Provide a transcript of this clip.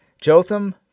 Jotham